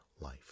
life